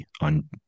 on